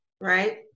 Right